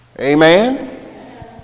Amen